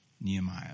Nehemiah